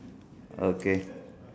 okay